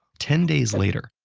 ten days later,